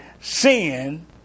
Sin